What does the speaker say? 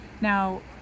now